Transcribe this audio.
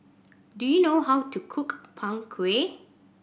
do you know how to cook Png Kueh